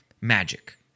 magic